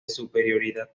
superioridad